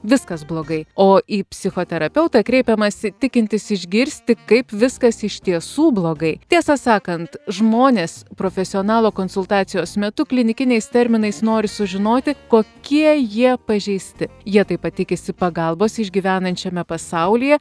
viskas blogai o į psichoterapeutą kreipiamasi tikintis išgirsti kaip viskas iš tiesų blogai tiesą sakant žmonės profesionalo konsultacijos metu klinikiniais terminais nori sužinoti kokie jie pažeisti jie taip pat tikisi pagalbos išgyvenant šiame pasaulyje